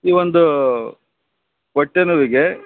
ಈ ಒಂದು ಹೊಟ್ಟೆ ನೋವಿಗೆ